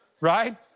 Right